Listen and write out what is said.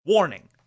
Warning